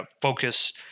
focus